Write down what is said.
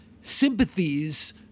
sympathies